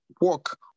walk